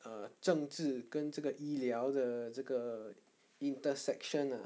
err 政治跟这个医疗的这个 intersection ah